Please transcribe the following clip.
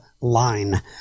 line